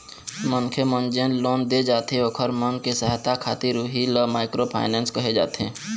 मनखे मन जेन लोन दे जाथे ओखर मन के सहायता खातिर उही ल माइक्रो फायनेंस कहे जाथे